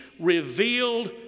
revealed